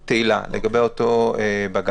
של תהלה לגבי אותו בג"ץ.